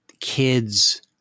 kids